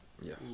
Yes